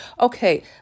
Okay